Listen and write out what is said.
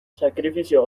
sakrifizio